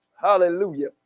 Hallelujah